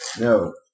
No